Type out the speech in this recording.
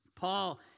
Paul